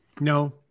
No